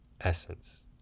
essence